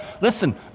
Listen